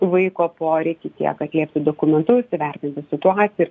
vaiko poreikiai tiek atliepti dokumentus įvertinti situaciją ir